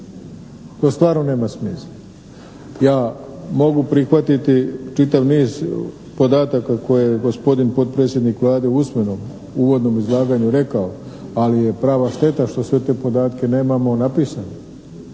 To stvarno nema smisla. Ja mogu prihvatiti čitav niz podataka koje je gospodin potpredsjednik Vlade usmeno u uvodnom izlaganju rekao, ali je prava šteta što sve te podatke nemamo napisane.